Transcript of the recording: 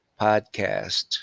Podcast